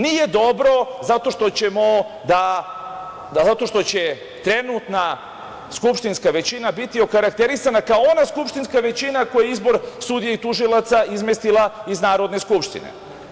Nije dobro zato što će trenutna skupštinska većina biti okarakterisana kao ona skupštinska većina koja je izbor sudija i tužilaca izmestila iz Narodne skupštine.